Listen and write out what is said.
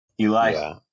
Eli